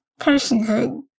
personhood